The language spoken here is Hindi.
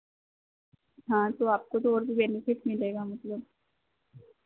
हाँ तो आपको तो और भी बेनिफ़िट मिलेगा मतलब